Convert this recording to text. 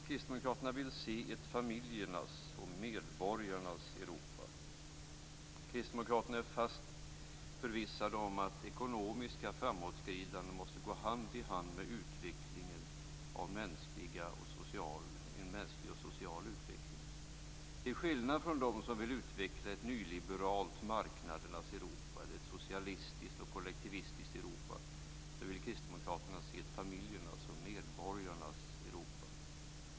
Kristdemokraterna vill se ett familjernas och medborgarnas Europa. Kristdemokraterna är fast förvissade om att ekonomiskt framåtskridande måste gå hand i hand med främjandet av en mänsklig och social utveckling. Till skillnad från dem som vill utveckla ett nyliberalt marknadernas Europa eller ett socialistiskt och kollektivistiskt Europa vill kristdemokraterna se ett familjernas och medborgarnas Europa.